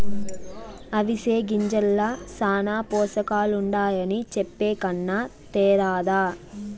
అవిసె గింజల్ల శానా పోసకాలుండాయని చెప్పే కన్నా తేరాదా